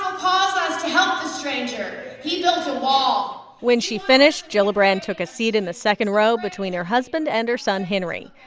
um ah us to help the stranger. he builds a wall when she finished, gillibrand took a seat in the second row between her husband and her son, henry.